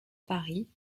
paris